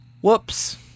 whoops